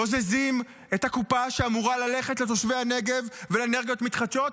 בוזזים את הקופה שאמורה ללכת לתושבי הנגב ואנרגיות מתחדשות,